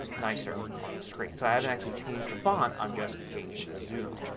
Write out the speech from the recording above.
nicer on the screen. so i haven't actually changed the font. i'm just changing the zoom.